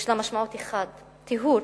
יש לו משמעות אחת, טיהור.